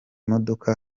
modoka